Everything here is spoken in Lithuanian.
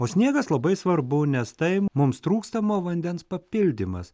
o sniegas labai svarbu nes tai mums trūkstamo vandens papildymas